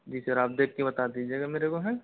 जी sir आप देख के बता दीजिएगा मेरे को हाँ